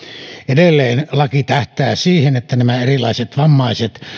edelleen laki tähtää siihen että nämä erilaiset vammaiset